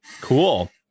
Cool